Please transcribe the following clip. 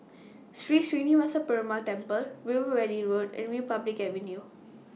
Sri Srinivasa Perumal Temple River Valley Road and Republic Avenue